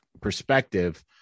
perspective